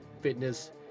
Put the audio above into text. fitness